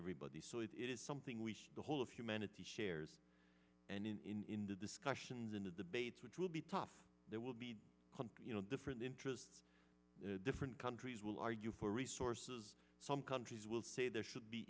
everybody so it is something which the whole of humanity shares and in the discussions in the debates which will be tough there will be you know different interests different countries will argue for resources some countries will say there should be